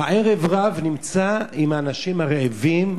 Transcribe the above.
עי"ן, בי"ת, הערב-רב נמצא עם האנשים הרעבים.